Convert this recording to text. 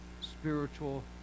spiritual